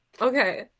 Okay